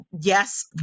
yes